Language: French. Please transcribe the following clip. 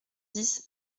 dix